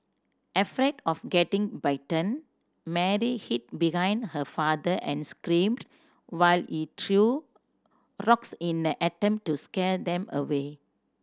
afraid of getting bitten Mary hid behind her father and screamed while he threw rocks in an attempt to scare them away